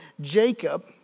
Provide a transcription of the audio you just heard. Jacob